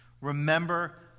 Remember